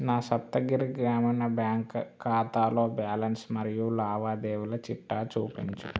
నా సప్తగిరి గ్రామీణ బ్యాంక్ ఖాతాలో బ్యాలన్స్ మరియు లావాదేవీల చిట్టా చూపించు